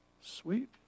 Sweet